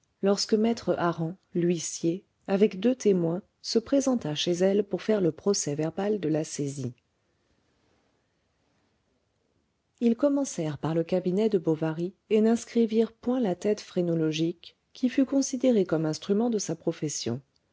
lorsque maître hareng l'huissier avec deux témoins se présenta chez elle pour faire le procèsverbal de la saisie ils commencèrent par le cabinet de bovary et n'inscrivirent point la tête phrénologique qui fut considérée comme instrument de sa profession